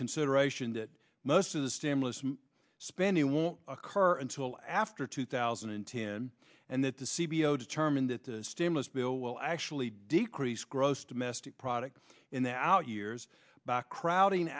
consideration that most of the stimulus spending won't occur until after two thousand and ten and that the c b o t term in that the stimulus bill will actually decrease gross domestic product in the out years back crowding